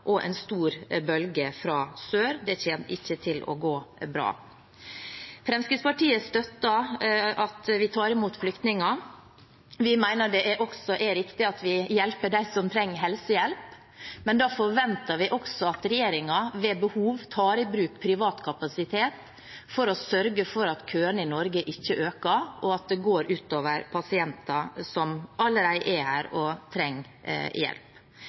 og en stor bølge fra sør. Det kommer ikke til å gå bra. Fremskrittspartiet støtter at vi tar imot flyktninger. Vi mener det også er riktig at vi hjelper dem som trenger helsehjelp, men da forventer vi også at regjeringen ved behov tar i bruk privat kapasitet for å sørge for at køene i Norge ikke øker og at det går ut over pasienter som allerede er her og trenger hjelp.